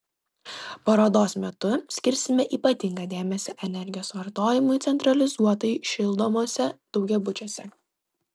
parodos metu skirsime ypatingą dėmesį energijos vartojimui centralizuotai šildomuose daugiabučiuose